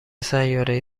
سیارهای